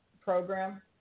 program